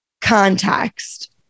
context